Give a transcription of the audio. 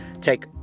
take